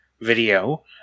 video